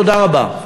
תודה רבה.